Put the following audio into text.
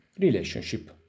relationship